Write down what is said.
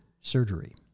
surgery